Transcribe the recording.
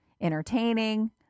entertaining